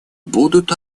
будут